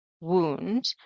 wound